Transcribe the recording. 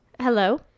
hello